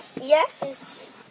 yes